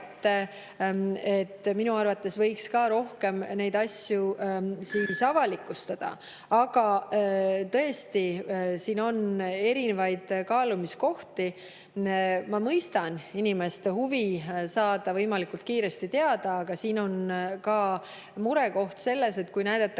– minu arvates võiks rohkem neid asju avalikustada, aga tõesti, siin on erinevaid kaalumiskohti. Ma mõistan inimeste huvi saada võimalikult kiiresti teada, aga murekoht on selles, et kui näidatakse